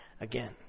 again